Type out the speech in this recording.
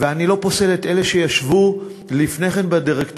ואני לא פוסל את אלה שישבו לפני כן בדירקטוריונים,